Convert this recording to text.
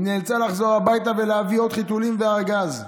היא נאלצה לחזור הביתה ולהביא עוד חיתולים וארגז,